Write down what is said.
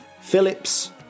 Phillips